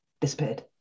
disappeared